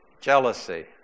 Jealousy